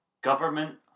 Government